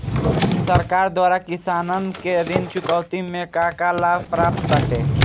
सरकार द्वारा किसानन के ऋण चुकौती में का का लाभ प्राप्त बाटे?